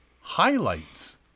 highlights